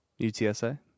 UTSA